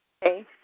Hey